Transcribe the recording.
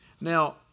Now